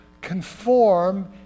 conform